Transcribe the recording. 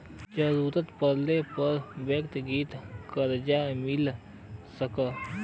जरूरत पड़ले पर व्यक्तिगत करजा मिल सके